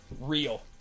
Real